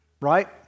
right